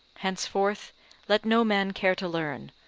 henceforth let no man care to learn,